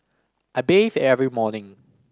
I bathe every morning